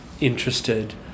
interested